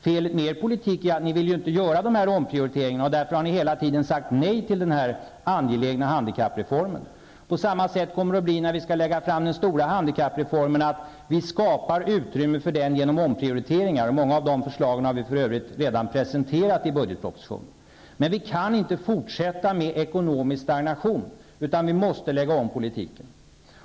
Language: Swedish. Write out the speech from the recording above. Felet med er politik är att ni inte vill göra de omprioriteringarna -- därför har ni hela tiden sagt nej till den här angelägna handikappreformen. På samma sätt kommer det att bli när vi lägger fram förslag om den stora handikappreformen -- vi kommer att skapa utrymme för den genom omprioriteringar. Många av de förslagen har vi för övrigt redan presenterat i budgetpropositionen. Vi kan inte fortsätta med ekonomisk stagnation, utan vi måste lägga om politiken.